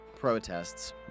protests